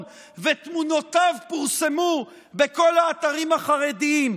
ותמונותיו פורסמו בכל האתרים החרדיים,